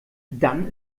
dann